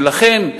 ולכן,